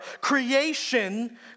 creation